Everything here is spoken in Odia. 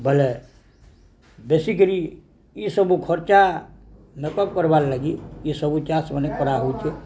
ବୋଲେ ବେଶିକରି ଇସବୁ ଖର୍ଚ୍ଚା ମେକଅପ୍ କର୍ବାର୍ ଲାଗି ଏଇସବୁ ଚାଷ୍ମାନେ କରା ହେଉଛେ